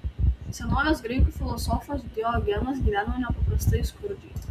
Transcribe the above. senovės graikų filosofas diogenas gyveno nepaprastai skurdžiai